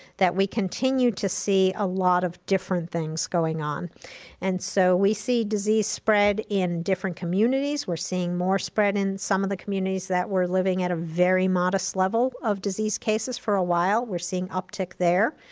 that we continue to see a lot of different things going on and so we see disease spread in different communities. we're seeing more spread in some of the communities that were living at a very modest level of disease cases for a while. we're seeing uptick there.